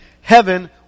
heaven